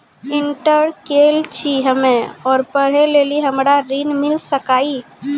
Inter केल छी हम्मे और पढ़े लेली हमरा ऋण मिल सकाई?